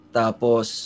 tapos